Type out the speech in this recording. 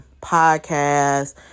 podcast